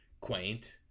Quaint